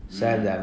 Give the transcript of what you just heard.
mm